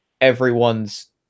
everyone's